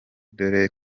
dore